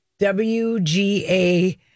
WGA